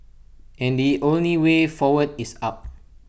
and the only way forward is up